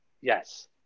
Yes